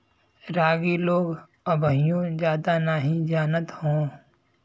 रागी लोग अबहिओ जादा नही जानत हौ